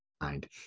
mind